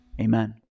Amen